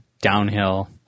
downhill